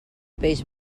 peix